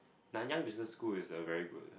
Nanyang Business School is a very good